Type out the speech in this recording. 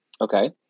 okay